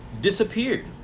disappeared